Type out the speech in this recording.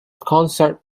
concert